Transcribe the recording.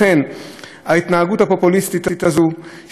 ההתנהגות הפופוליסטית הזאת, היא לא אמינה.